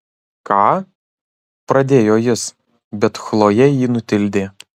ką pradėjo jis bet chlojė jį nutildė